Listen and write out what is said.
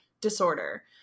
disorder